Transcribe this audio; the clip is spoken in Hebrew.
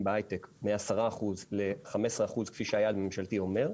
בהייטק מ-10% ל-15% כפי שהיעד הממשלתי אומר,